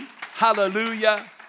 Hallelujah